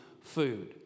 food